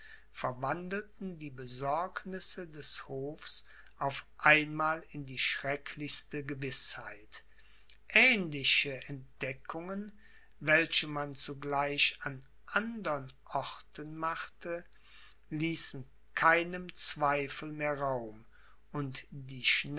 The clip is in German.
verwandelten die besorgnisse des hofs auf einmal in die schrecklichste gewißheit aehnliche entdeckungen welche man zugleich an andern orten machte ließen keinem zweifel mehr raum und